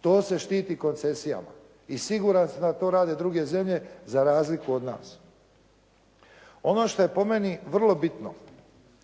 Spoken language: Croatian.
To se štiti koncesijama i siguran sam da to rade druge zemlje za razliku od nas. Ono što je po meni vrlo bitno,